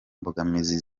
mbogamizi